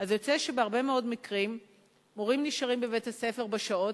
אז יוצא שבהרבה מאוד מקרים מורים נשארים בבית-הספר בשעות,